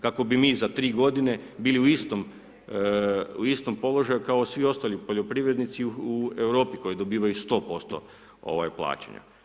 Kako bi mi za tri godine bili u istom položaju kao svi ostali poljoprivrednici u Europi koji dobivaju 100% plaćanja.